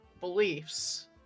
beliefs